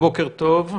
יכולים להתחיל?